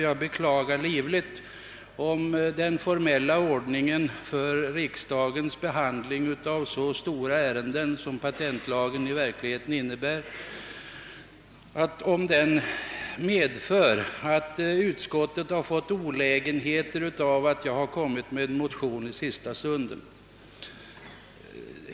Jag beklagar livligt, om den formella ordningen för riksdagsbehandlingen av så stora ärenden som patentlagen medfört att utskottet fått vidkännas olägenheter av att jag väckte min motion i sista stunden.